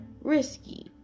risky